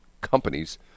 companies